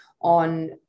on